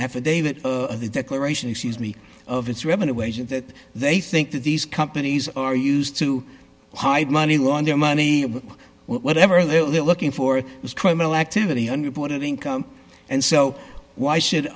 of the declaration excuse me of its revenue agent that they think that these companies are used to hide money laundering money whatever they're looking for is criminal activity unreported income and so why should